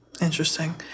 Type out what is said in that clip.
Interesting